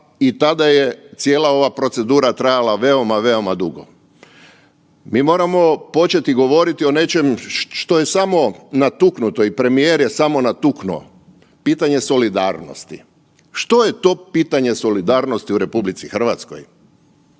i tada je cijela ova procedura trajala veoma, veoma dugo. Mi moramo početi govoriti o nečem što je samo natuknuto i premijer je samo natuknuo. Pitanje solidarnosti. Što je to pitanje solidarnosti u RH? Jel to davati